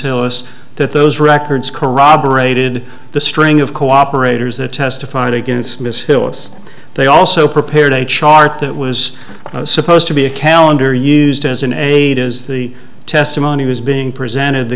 hillis that those records corroborated the string of cooperators that testified against ms hill's they also prepared a chart that was supposed to be a calendar used as an aid is the testimony was being presented the